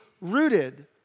rooted